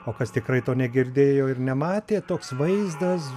o kas tikrai to negirdėjo ir nematė toks vaizdas